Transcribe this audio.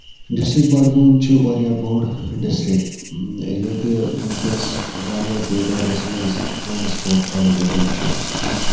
district Budgam چھُ واریاہ بوٚڑ ڈِسٹرک ییٚتہِ ؤنکیٚس واریاہ تعدادَس منٛز ٹرانَسپورٹ اٮ۪وٮ۪لیبٔل چھ